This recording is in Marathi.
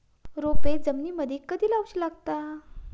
रोपे जमिनीमदि कधी लाऊची लागता?